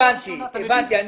הבנתי.